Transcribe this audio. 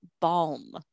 balm